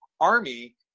army